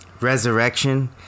resurrection